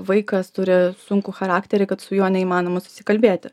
vaikas turi sunkų charakterį kad su juo neįmanoma susikalbėti